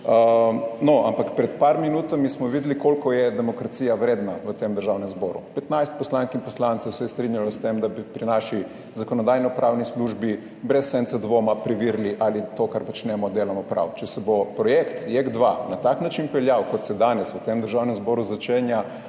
No, ampak pred nekaj minutami smo videli, koliko je demokracija vredna v tem državnem zboru, 15 poslank in poslancev se je strinjalo s tem, da bi pri naši Zakonodajno-pravni službi brez sence dvoma preverili, ali to, kar počnemo, delamo prav. Če se bo projekt JEK2 na tak način peljal, kot se danes v tem državnem zboru začenja,